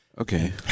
Okay